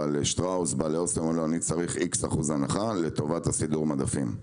אסם או שטראוס ואומר לו שאני צריך X אחוז הנחה לטובת סידור המדפים,